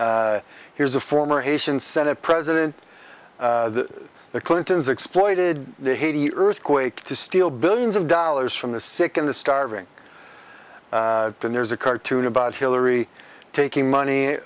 here's a former haitian senate president the clintons exploited the haiti earthquake to steal billions of dollars from the sick and the starving and there's a cartoon about hillary taking money